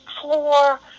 floor